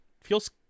feels